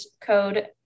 code